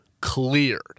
Cleared